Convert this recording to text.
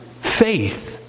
faith